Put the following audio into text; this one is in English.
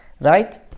right